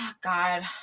God